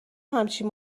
همچین